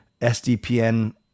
SDPN